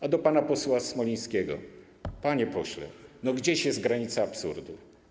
A do pana posła Smolińskiego: panie pośle, gdzieś jest granica absurdu.